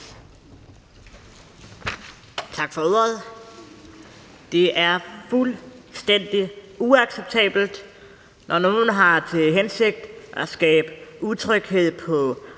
Tak for ordet. Det er fuldstændig uacceptabelt, når nogen har til hensigt at skabe utryghed på